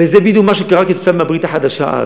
וזה בדיוק מה שקרה כתוצאה מהברית החדשה אז.